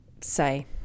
say